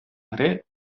гри